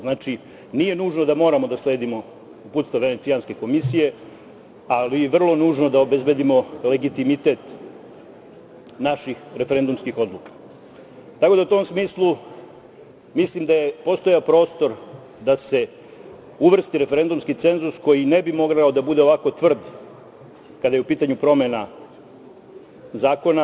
Znači, nije nužno da moramo da sledimo uputstva Venecijanske komisije, ali je vrlo nužno da obezbedimo legitimitet naših referendumskih odluka, tako da, u tom smislu, mislim da je postojao prostor da se uvrsti referendumski cenzus koji ne bi mogao da bude ovako tvrd kada je u pitanju promena zakona.